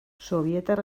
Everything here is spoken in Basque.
sobietar